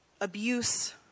abuse